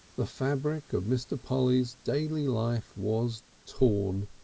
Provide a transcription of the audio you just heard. the fabric of mr. polly's daily life was torn,